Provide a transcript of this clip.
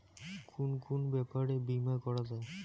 কুন কুন ব্যাপারে বীমা করা যায়?